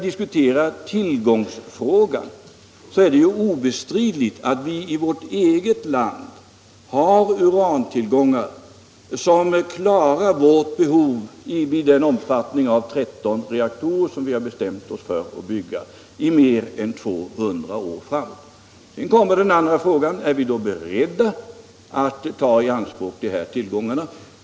Det är obestridligt att vi i vårt eget land har urantillgångar som i mer än 200 år framåt klarar vårt behov vid den omfattning av 13 reaktorer som vi har bestämt oss för att bygga. Sedan kommer den andra frågan: Är vi då beredda att ta dessa tillgångar i anspråk?